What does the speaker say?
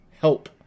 Help